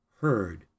heard